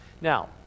Now